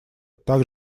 так